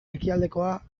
ekialdekoa